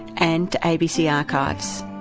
and to abc archives.